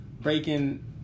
Breaking